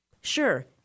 Sure